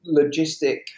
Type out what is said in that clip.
logistic